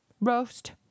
roast